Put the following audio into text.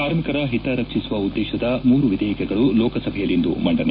ಕಾರ್ಮಿಕರ ಹಿತ ರಕ್ಷಿಸುವ ಉದ್ದೇಶದ ಮೂರು ವಿಧೇಯಕಗಳು ಲೋಕಸಭೆಯಲ್ಲಿಂದು ಮಂಡನೆ